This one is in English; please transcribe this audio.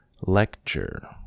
Lecture